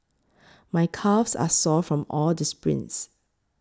my calves are sore from all the sprints